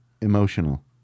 emotional